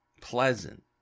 pleasant